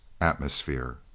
atmosphere